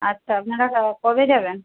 আচ্ছা আপনারা ক কবে যাবেন